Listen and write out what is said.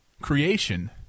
creation